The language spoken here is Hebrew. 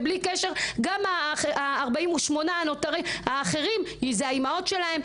ובלי קשר גם 48% הנותרים זה האימהות שלהם,